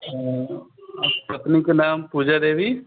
आ पत्नी के नाम पूजा देवी